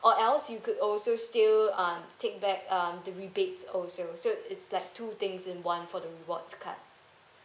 or else you could also still uh take back um the rebates also so it's like two things in one for the rewards card